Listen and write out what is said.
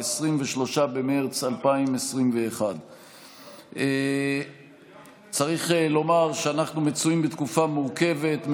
23 במרץ 2021. צריך לומר שאנחנו מצויים בתקופה מורכבת,